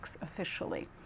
officially